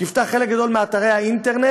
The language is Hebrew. תפתח חלק גדול מאתרי האינטרנט